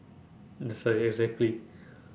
it's like exactly